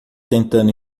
tentando